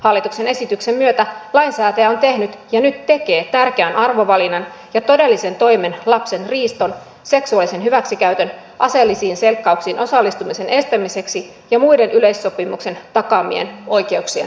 hallituksen esityksen myötä lainsäätäjä on tehnyt ja nyt tekee tärkeän arvovalinnan ja todellisen toimen lapsen riiston seksuaalisen hyväksikäytön aseellisiin selkkauksiin osallistumisen estämiseksi ja muiden yleissopimuksen takaamien oikeuksien turvaamiseksi